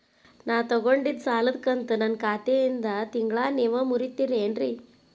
ನಾ ತೊಗೊಂಡಿದ್ದ ಸಾಲದ ಕಂತು ನನ್ನ ಖಾತೆಯಿಂದ ತಿಂಗಳಾ ನೇವ್ ಮುರೇತೇರೇನ್ರೇ?